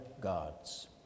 gods